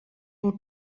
pel